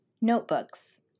Notebooks